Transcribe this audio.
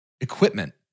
equipment